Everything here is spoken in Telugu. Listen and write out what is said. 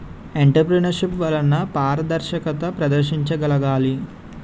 ఎంటర్ప్రైన్యూర్షిప్ వలన పారదర్శకత ప్రదర్శించగలగాలి